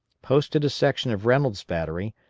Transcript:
posted a section of reynolds' battery,